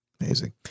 Amazing